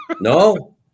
No